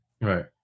Right